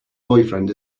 boyfriend